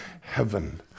heaven